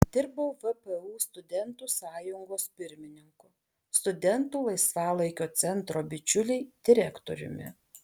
dirbau vpu studentų sąjungos pirmininku studentų laisvalaikio centro bičiuliai direktoriumi